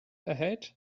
erhält